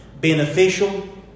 beneficial